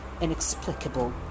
inexplicable